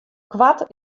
koart